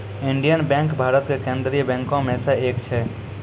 Indian bank Bharat के केन्द्रीय बैंको मे से एक छै